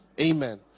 Amen